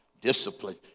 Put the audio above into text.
Discipline